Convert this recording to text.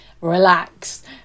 relax